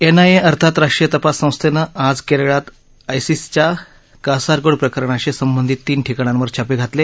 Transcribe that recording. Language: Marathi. एन आय ए अर्थात राष्ट्रीय तपास संस्थेनं आज केरळात आयसिसच्या कासारगोड प्रकरणाशी संबंधित तीन ठिकाणांवर छापे घातले